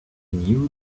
knew